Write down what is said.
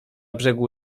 brzegu